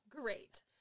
Great